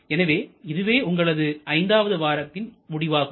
எனவே இதுவே உங்களது ஐந்தாவது வாரத்தில் முடிவாகும்